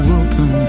open